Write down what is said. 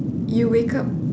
you wake up